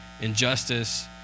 injustice